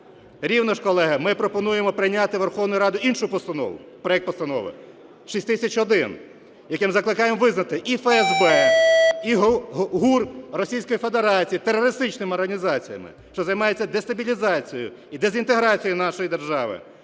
Рівно ж, колеги, ми пропонуємо прийняти Верховною Радою іншу постанову, проект Постанови 6001, яким закликаємо визнати і ФСБ, і ГУР Російської Федерації терористичними організаціями, що займаються дестабілізацією і дезінтеграцією нашої держави,